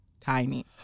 tiny